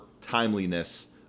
timeliness